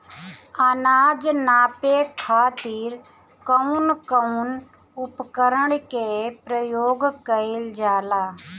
अनाज नापे खातीर कउन कउन उपकरण के प्रयोग कइल जाला?